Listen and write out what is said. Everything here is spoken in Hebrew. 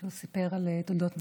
כשהוא סיפר על תולדות משפחתו.